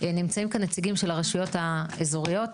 נמצאים כאן נציגים של הרשויות האזוריות,